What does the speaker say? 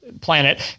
planet